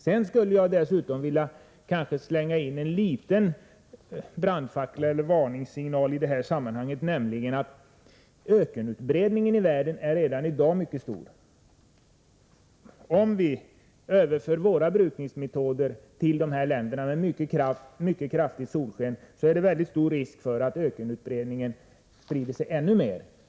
Vidare skulle jag i detta sammanhang vilja kasta ut en liten brandfackla — den kan ses som en varningssignal. Det gäller nämligen ökenutbredningen i världen som redan i dag är mycket stor. Om vi överför våra brukningsmetoder till länder nere i Afrika där det är mycket starkt solsken är risken mycket stor att ökenområdena breder ut sig ännu mera.